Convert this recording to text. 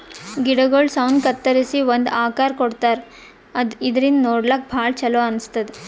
ಗಿಡಗೊಳ್ ಸೌನ್ ಕತ್ತರಿಸಿ ಒಂದ್ ಆಕಾರ್ ಕೊಡ್ತಾರಾ ಇದರಿಂದ ನೋಡ್ಲಾಕ್ಕ್ ಭಾಳ್ ಛಲೋ ಅನಸ್ತದ್